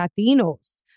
Latinos